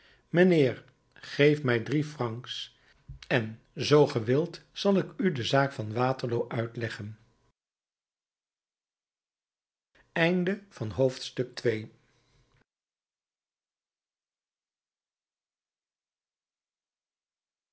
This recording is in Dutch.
mijnheer geef mij drie francs en zoo ge wilt zal ik u de zaak van waterloo uitleggen